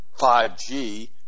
5G